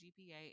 GPA